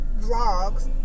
vlogs